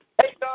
Hey